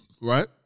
right